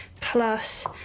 plus